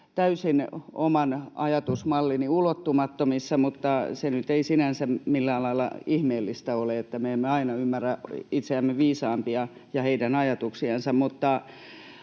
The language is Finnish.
täysin oman ajatusmallini ulottumattomissa, mutta se nyt ei sinänsä millään lailla ihmeellistä ole, me emme aina ymmärrä itseämme viisaampia ja heidän ajatuksiansa.